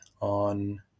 on